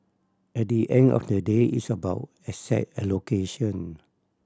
at the end of the day it's about asset allocation